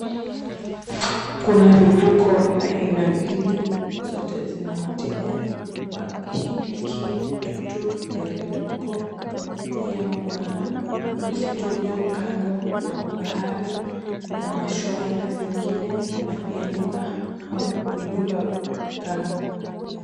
Kuna vifuko aina mbili zote zina wateja wa pikipiki, tuktuk, gari ndogo, pia kuna msitu ulio kando wa bahari na mashuwa aina zingine na pia nyumba au vijumba kando.